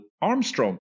Armstrong